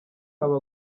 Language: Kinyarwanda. aba